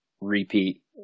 repeat